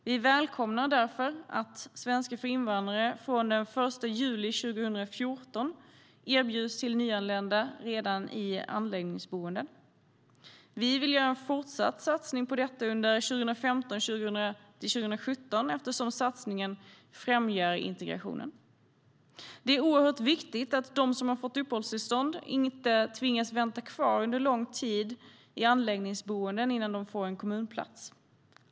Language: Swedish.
Vi välkomnar därför att svenska för invandrare från den 1 juli 2014 erbjuds till nyanlända invandrare redan i anläggningsboenden. Vi vill göra en fortsatt satsning på detta under 2015-2017 eftersom satsningen främjar integrationen. Det är oerhört viktigt att de som fått uppehållstillstånd inte tvingas vänta kvar under lång tid i anläggningsboenden för att få en kommunplats.